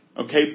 Okay